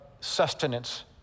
sustenance